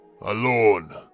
alone